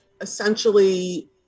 essentially